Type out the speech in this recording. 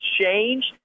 changed